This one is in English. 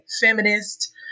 feminist